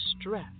stress